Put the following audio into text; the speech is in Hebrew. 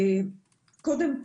קודם כול,